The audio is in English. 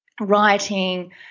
writing